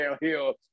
downhill